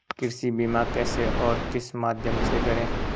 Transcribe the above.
कृषि बीमा कैसे और किस माध्यम से करें?